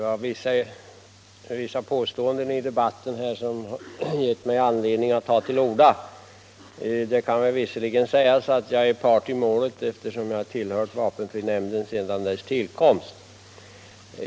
Herr talman! Det har i denna debatt gjorts en del påståenden som ger mig anledning att här ta till orda, även om det kan sägas att jag är part i målet eftersom jag har tillhört vapenfrinämnden sedan dess tillkomst.